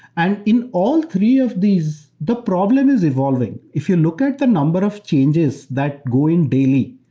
and in all three of these, the problem is evolving. if you look at the number of changes that go in daily,